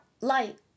light